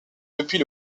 depuis